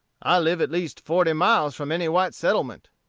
i live at least forty miles from any white settlement.